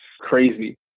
crazy